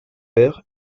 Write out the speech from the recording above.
pères